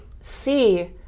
see